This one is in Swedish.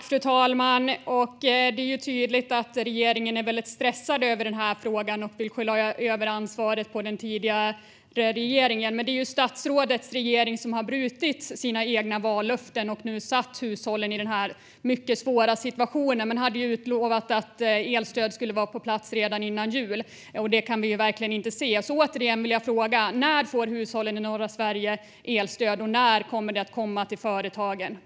Fru talman! Det är tydligt att regeringen är väldigt stressad över den här frågan och försöker lägga över ansvaret på den tidigare regeringen. Men det är ju statsrådets regering som har brutit sina egna vallöften och nu satt hushållen i den här mycket svåra situationen. Man hade utlovat att elstödet skulle vara på plats redan före jul, och det kan vi verkligen inte se. Jag vill återigen fråga: När får hushållen i norra Sverige elstöd, och när kommer det till företagen?